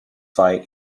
fight